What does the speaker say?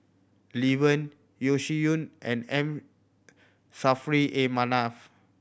Lee Wen Yeo Shih Yun and M Saffri A Manaf